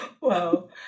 Wow